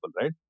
right